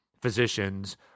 physicians